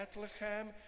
Bethlehem